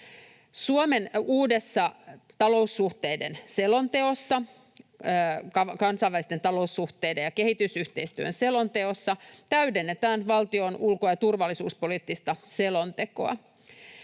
selonteossa, kansainvälisten taloussuhteiden ja kehitysyhteistyön selonteossa, täydennetään valtion ulko- ja turvallisuuspoliittista selontekoa.